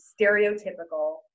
stereotypical